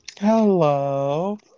Hello